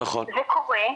זה קורה,